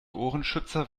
ohrenschützer